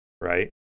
right